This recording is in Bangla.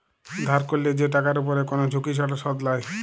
ধার ক্যরলে যে টাকার উপরে কোন ঝুঁকি ছাড়া শুধ লায়